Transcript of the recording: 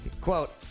Quote